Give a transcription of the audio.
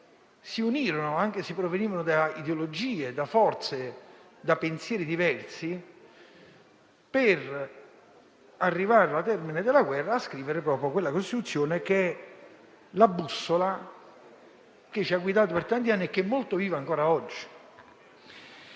cittadini, anche se provenivano da ideologie, da forze, da pensieri diversi, si unirono per arrivare al termine della guerra e scrivere proprio quella Costituzione che è la bussola che ci ha guidato per tanti anni ed è molto viva ancora oggi.